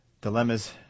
dilemmas